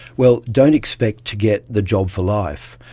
well, don't expect to get the job for life,